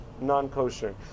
non-kosher